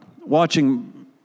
watching